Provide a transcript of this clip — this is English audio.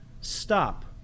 stop